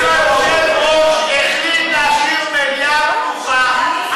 אם היושב-ראש החליט להשאיר מליאה פתוחה,